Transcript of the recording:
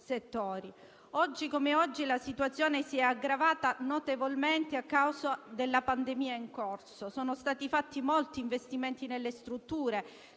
settori. Oggi come oggi, la situazione si è aggravata notevolmente a causa della pandemia in corso. Sono stati fatti molti investimenti nelle strutture,